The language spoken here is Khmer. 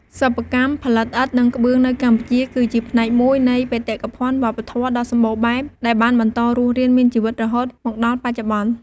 សិប្បកម្មផលិតឥដ្ឋ និងក្បឿងនៅកម្ពុជា គឺជាផ្នែកមួយនៃបេតិកភណ្ឌវប្បធម៌ដ៏សម្បូរបែប ដែលបានបន្តរស់រានមានជីវិតរហូតមកដល់បច្ចុប្បន្ន។